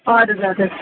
اَدٕ حظ اَدٕ حظ